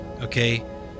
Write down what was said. okay